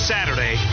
Saturday